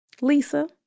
Lisa